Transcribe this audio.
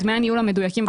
לדמי הניהול המדויקים,